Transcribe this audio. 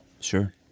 Sure